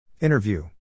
Interview